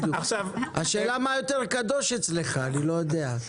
בדיוק, השאלה מה יותר קדוש אצלך, אני לא יודע.